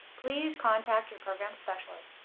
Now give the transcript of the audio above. please contact your program specialist.